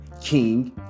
king